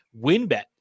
winbet